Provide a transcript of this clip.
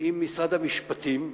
עם משרד המשפטים,